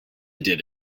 did